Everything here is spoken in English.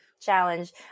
challenge